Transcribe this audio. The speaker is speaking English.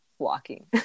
walking